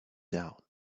down